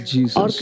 Jesus